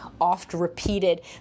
oft-repeated